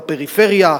בפריפריה,